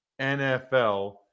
NFL